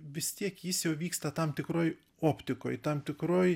vis tiek jis jau vyksta tam tikroj optikoj tam tikroj